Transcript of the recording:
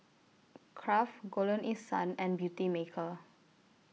Kraft Golden East Sun and Beautymaker